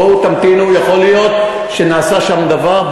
בואו, תמתינו, יכול להיות שנעשה שם דבר.